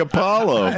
Apollo